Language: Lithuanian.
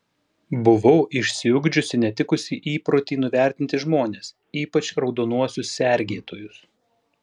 buvau išsiugdžiusi netikusį įprotį nuvertinti žmones ypač raudonuosius sergėtojus